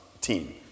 team